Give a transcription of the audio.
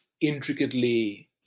intricately